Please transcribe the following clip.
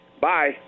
Bye